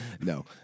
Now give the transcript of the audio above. No